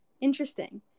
Interesting